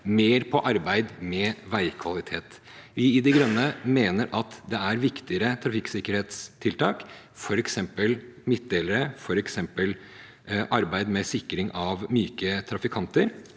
på arbeid med veikvalitet. Vi i De Grønne mener at det er viktigere trafikksikkerhetstiltak, f.eks. midtdelere, arbeid med sikring av myke trafikanter